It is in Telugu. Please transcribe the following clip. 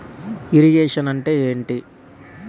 ఇరిగేషన్ అంటే ఏంటీ?